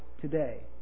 today